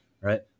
right